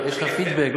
לא, יש לך פידבק.